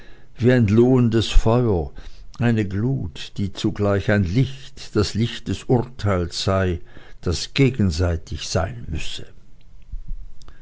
wie ein lohendes feuer eine glut die zugleich ein licht das licht des urteils sei das gegenseitig sein müsse